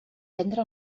vendre